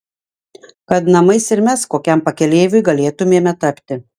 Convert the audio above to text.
kad namais ir mes kokiam pakeleiviui galėtumėme tapti